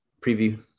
preview